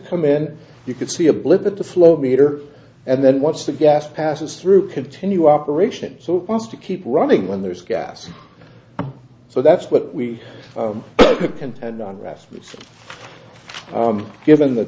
come in you could see a blip at the flow meter and then once the gas passes through continue operations wants to keep running when there's gas so that's what we can and on rasmussen given the